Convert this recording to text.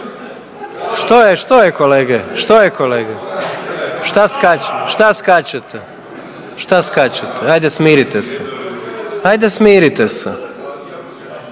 kolege, što je kolege? Šta skačete? Šta skačete? Šta skačete? Ajde smirite se. Ajde smirite se.